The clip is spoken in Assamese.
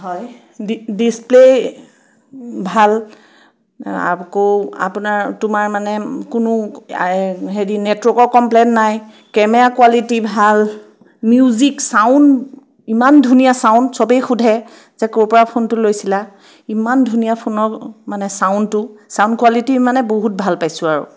হয় ডি ডিচপ্লে ভাল আকৌ আপোনাৰ তোমাৰ মানে কোনো হেৰি নেটৱৰ্কৰ কমপ্লেইন নাই কেমেৰা কোৱালিটী ভাল মিউজিক চাউণ্ড ইমান ধুনীয়া চাউণ্ড সবেই সোধে যে ক'ৰপৰা ফোনটো লৈছিলা ইমান ধুনীয়া ফোনৰ মানে চাউণ্ডটো চাউণ্ড কোৱালিটী মানে বহুত ভাল পাইছোঁ আৰু